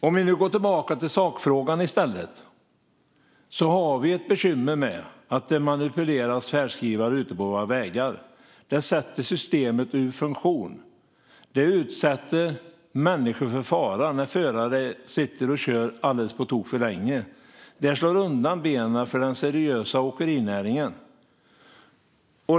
Låt oss gå tillbaka till sakfrågan i stället. Vi har bekymmer med att färdskrivare manipuleras ute på våra vägar. Detta sätter systemet ur funktion. När förare sitter och kör alldeles på tok för länge utsätts människor för fara. Det här slår undan benen för den seriösa åkerinäringen.